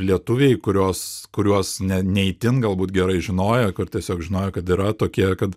lietuviai kurios kuriuos ne ne itin galbūt gerai žinojo kur tiesiog žinojo kad yra tokie kad